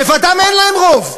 לבדם אין להם רוב,